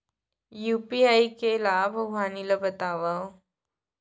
UPI के लाभ अऊ हानि ला बतावव